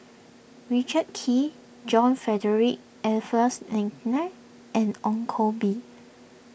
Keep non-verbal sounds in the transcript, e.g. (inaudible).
Richard Kee John Frederick Adolphus (unintelligible) and Ong Koh Bee